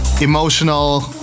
emotional